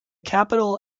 capital